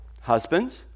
husbands